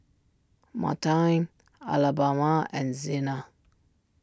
Martine Alabama and Zena